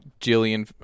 Jillian